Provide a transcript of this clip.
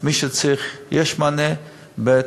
מי שצריך, יש מענה, ב.